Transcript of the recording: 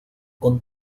con